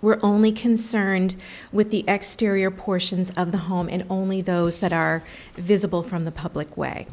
we're only concerned with the exteriors portions of the home and only those that are visible from the public way